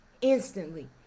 instantly